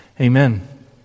amen